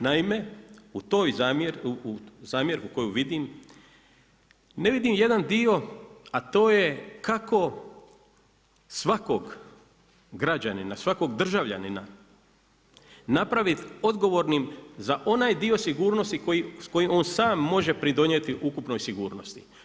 Naime, u toj zamjerci koju vidim, ne vidim jedan dio a to je kako svakog građanina, svakog državljanina napraviti odgovornim za onaj dio sigurnosti s kojim on sam može pridonijeti ukupnoj sigurnosti.